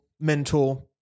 mentor